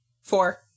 Four